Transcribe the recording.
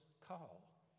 call